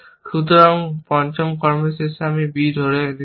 সুতরাং পঞ্চম কর্মের শেষে আমি b ধরে আছি